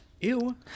Ew